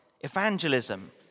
evangelism